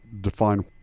define